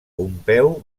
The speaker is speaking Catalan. pompeu